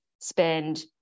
spend